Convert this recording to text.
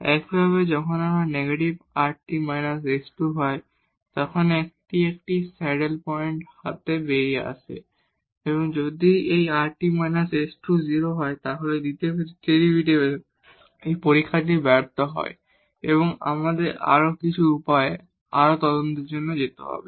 একইভাবে যখন এটি নেগেটিভ rt s2 হয় তখন এটি একটি স্যাডেল পয়েন্ট হতে বেরিয়ে আসে এবং যদি এই rt s2 0 হয় তাহলে দ্বিতীয় ডেরিভেটিভের এই পরীক্ষাটি ব্যর্থ হয় এবং আমাদের আরও কিছু উপায়ে আরও খোঁজার জন্য যেতে হবে